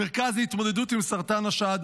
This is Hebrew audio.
מרכז להתמודדות עם סרטן השד,